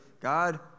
God